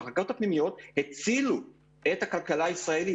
המחלקות הפנימיות הצילו את הכלכלה הישראלית,